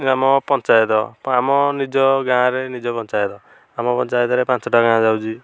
ୟେ ଆମ ପଞ୍ଚାୟତ ଆମ ନିଜ ଗାଁରେ ନିଜ ପଞ୍ଚାୟତ ଆମ ପଞ୍ଚାୟତରେ ପାଞ୍ଚୋଟି ଗାଁ ଯାଉଛି